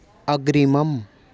अग्रिमम्